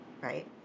right